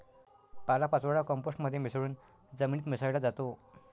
पालापाचोळा कंपोस्ट मध्ये मिसळून जमिनीत मिसळला जातो